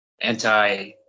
anti